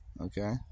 Okay